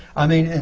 i mean,